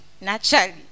Naturally